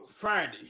Friday